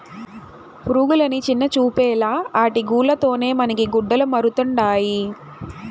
పురుగులని చిన్నచూపేలా ఆటి గూల్ల తోనే మనకి గుడ్డలమరుతండాయి